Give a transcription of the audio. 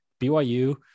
BYU